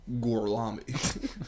Gorlami